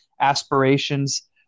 aspirations